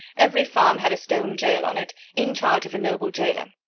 every farm had a stone jail on it, in charge of a noble jailer.